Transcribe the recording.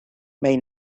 may